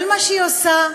כל מה שהיא עושה,